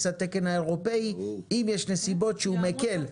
התקן האירופאי אם יש נסיבות שהוא מקל?